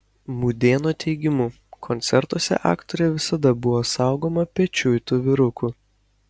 mudėno teigimu koncertuose aktorė visada buvo saugoma pečiuitų vyrukų